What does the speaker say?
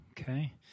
Okay